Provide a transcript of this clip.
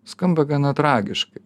skamba gana tragiškai